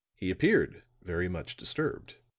he appeared very much disturbed.